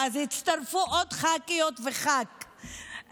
ואז הצטרפו עוד ח"כיות וח"כ,